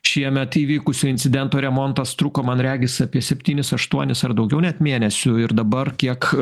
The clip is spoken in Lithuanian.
šiemet įvykusio incidento remontas truko man regis apie septynis aštuonis ar daugiau net mėnesių ir dabar kiek